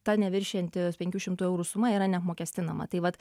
ta neviršijanti penkių šimtų eurų suma yra neapmokestinama tai vat